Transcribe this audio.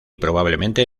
probablemente